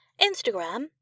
Instagram